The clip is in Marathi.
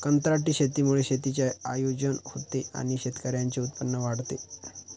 कंत्राटी शेतीमुळे शेतीचे आयोजन होते आणि शेतकऱ्यांचे उत्पन्न वाढते